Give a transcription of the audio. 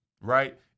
right